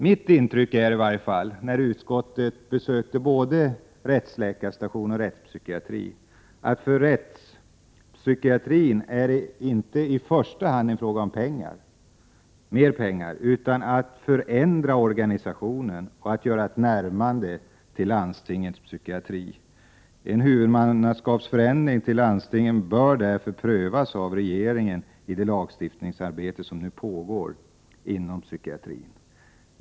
Det intryck jag fick när utskottet besökte rättsläkarstationen och rättspsykiatriska anstalten var att det för rättspsykiatriska anstalten inte är en fråga om pengar. Det är snarare en fråga om att förändra organisationen och att göra ett närmande till landstingets psykiatriska verksamhet. En huvudmannaskapsförändring som innebär att verksamheten överförs till landstingen bör därför prövas av regeringen vid det lagstiftningsarbete som pågår på den rättspsykiatriska verksamhetens område.